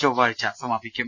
ചൊവ്വാഴ്ച സമാപിക്കും